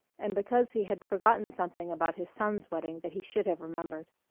and because he had forgotten something about his son's wedding that he should have remembered.